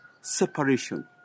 separation